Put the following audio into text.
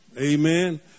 Amen